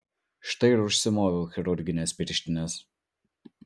štai ir užsimoviau chirurgines pirštines